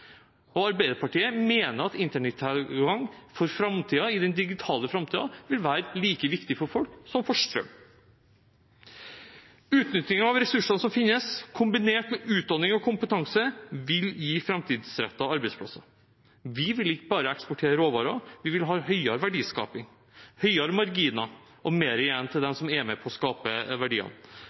Arbeiderpartiet mener at internettilgang i den digitale framtiden vil være like viktig for folk som strøm. Utnytting av ressursene som finnes, kombinert med utdanning og kompetanse, vil gi framtidsrettede arbeidsplasser. Vi vil ikke bare eksportere råvarer, vi vil ha høyere verdiskaping, høyere marginer og mer igjen til dem som er med på å skape verdiene.